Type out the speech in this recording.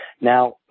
Now